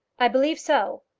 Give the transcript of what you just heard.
i believe so.